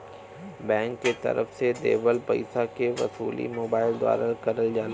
bank के तरफ से देवल पइसा के वसूली मोबाइल द्वारा करल जाला